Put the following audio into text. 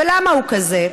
ולמה הוא כזה?